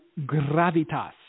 gravitas